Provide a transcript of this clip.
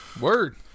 Word